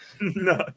No